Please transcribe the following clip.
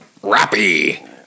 Rappy